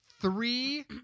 Three